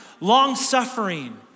long-suffering